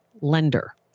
lender